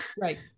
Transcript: Right